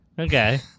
Okay